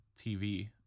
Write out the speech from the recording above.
TV